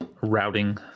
routing